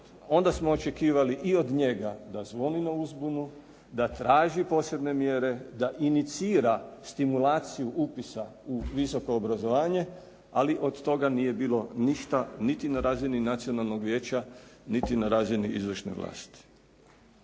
onda smo očekivali i od njega da zvoni na uzbunu, da traži posebne mjere, da inicira stimulaciju upisa u visoko obrazovanje ali od toga nije bilo ništa niti na razini nacionalnog vijeća niti na razini izvršne vlasti.